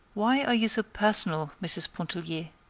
why are you so personal, mrs. pontellier?